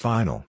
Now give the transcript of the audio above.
Final